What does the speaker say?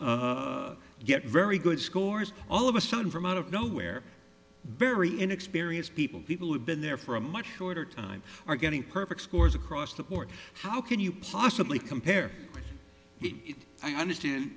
very good scores all of a sudden from out of nowhere very inexperienced people people who have been there for a much shorter time are getting perfect scores across the board how can you possibly compare it i understand